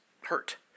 hurt